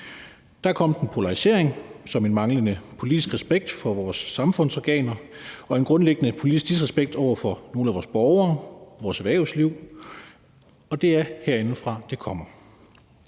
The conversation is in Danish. er kommet en polarisering med en manglende politisk respekt for vores samfundsorganer og en grundlæggende politisk disrespekt over for nogle af vores borgere, vores erhvervsliv, og det er herindefra, det kommer.